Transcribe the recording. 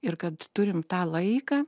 ir kad turim tą laiką